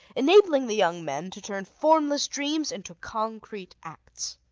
enabling the young men to turn formless dreams into concrete acts.